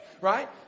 right